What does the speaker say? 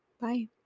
bye